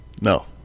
No